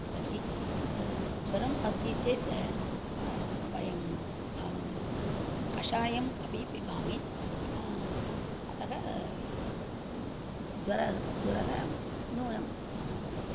पिबति ज्वरम् अस्ति चेत् अहं वयं कषायम् अपि पिबामि अतः ज्वरः ज्वरः न्यूनं भवति